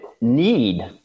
need